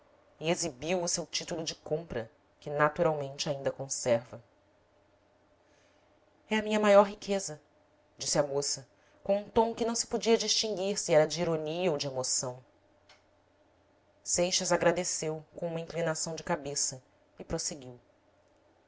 e exibiu o seu título de compra que naturalmente ainda con serva é a minha maior riqueza disse a moça com um tom que não se podia distinguir se era de ironia ou de emoção seixas agradeceu com uma inclinação de cabeça e